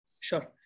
Sure